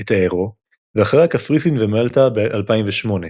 את האירו ואחריה קפריסין ומלטה ב-2008,